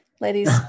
ladies